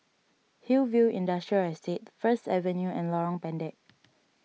Hillview Industrial Estate First Avenue and Lorong Pendek